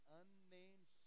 unnamed